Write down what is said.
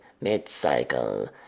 mid-cycle